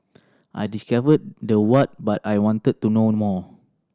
I discovered the what but I wanted to know more